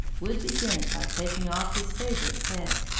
would begin by taking off his favorite's head,